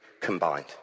combined